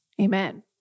Amen